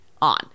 On